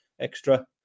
extra